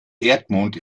erdmond